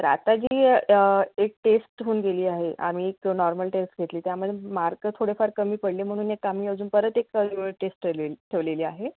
तर आता जी एक टेस्ट होऊन गेली आहे आम्ही एक नॉर्मल टेस्ट घेतली त्यामधे मार्क थोडेफार कमी पडले म्हणून एक आम्ही अजून परत एक युनिट टेस्ट ठेवलेली ठेवलेली आहे